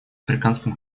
африканском